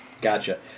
Gotcha